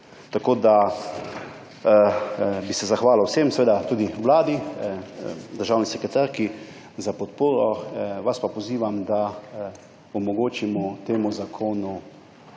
Tako bi se zahvalil vsem, seveda tudi vladi, državni sekretarki za podporo. Vas pa pozivam, da omogočimo temu zakonu,